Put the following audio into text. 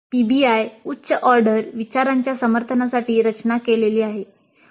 PBI उच्च order विचारांच्या समर्थनासाठी रचना केलेली आहे